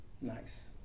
nice